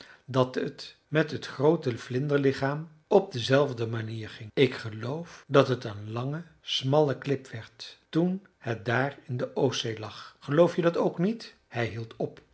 dat het met het groote vlinderlichaam op dezelfde manier ging ik geloof dat het een lange smalle klip werd toen het daar in de oostzee lag geloof je dat ook niet hij hield op